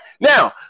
Now